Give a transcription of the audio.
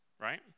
right